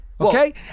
Okay